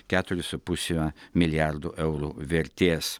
keturis su puse milijardo eurų vertės